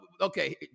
Okay